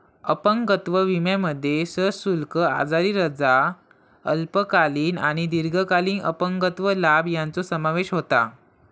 अपंगत्व विमोमध्ये सशुल्क आजारी रजा, अल्पकालीन आणि दीर्घकालीन अपंगत्व लाभ यांचो समावेश होता